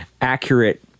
accurate